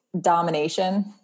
domination